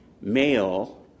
male